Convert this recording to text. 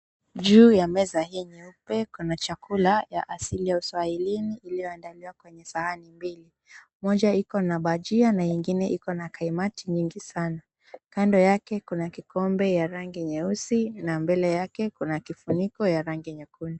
Juu ya meza hii nyeupe kuna chakula ya asili ya uswahilini iliyoandaliwa kwenye sahani mbili, moja iko na bajia na ingine iko na kaimati nyingi sana. Kando yake kuna kikombe ya rangi nyeusi na mbele yake kuna kifuniko ya rangi nyekundu.